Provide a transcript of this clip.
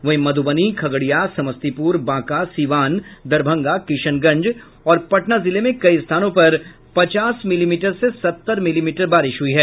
वहीं मध्रबनी खगड़िया समस्तीपुर बांका सीवान दरभंगा किशनगंज और पटना जिले में कई स्थानों पर पचास मिलीमीटर से सत्तर मिलीमीटर बारिश हुई है